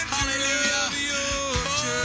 Hallelujah